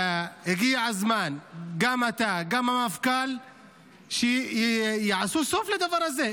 הגיע הזמן שגם אתה וגם המפכ"ל תעשו סוף לדבר הזה.